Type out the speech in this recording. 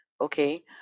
Okay